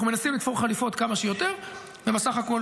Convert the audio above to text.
אנחנו מנסים לתפור חליפות כמה שיותר, ובסך הכול